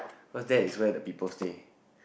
cause there is where the people stay